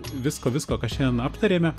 visko visko ką šiandien aptarėme